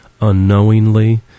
unknowingly